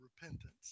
repentance